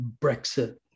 Brexit